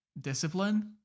discipline